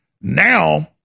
Now